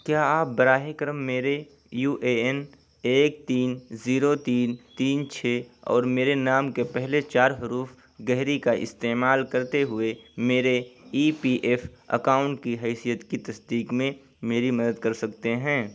کیا آپ براہِ کرم میرے یو اے این ایک تین زیرو تین تین چھ اور میرے نام کے پہلے چار حروف گہری کا استعمال کرتے ہوئے میرے ای پی ایف اکاؤنٹ کی حیثیت کی تصدیق میں میری مدد کر سکتے ہیں